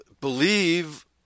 believe